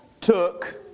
took